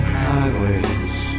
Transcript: highways